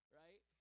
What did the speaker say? right